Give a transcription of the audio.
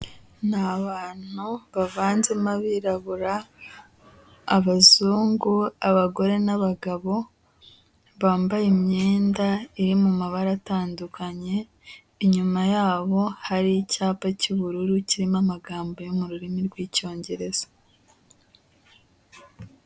Ni abantu bavanzemo abirabura, abazungu, abagore n'abagabo, bambaye imyenda iri mu mabara atandukanye, inyuma yabo hari icyapa cy'ubururu kirimo amagambo yo mu rurimi rw'Icyongereza.